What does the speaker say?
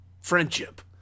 friendship